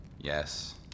Yes